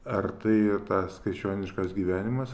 ar tai yra tas krikščioniškas gyvenimas